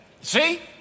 See